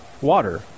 water